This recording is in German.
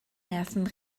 nerven